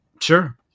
Sure